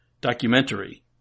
documentary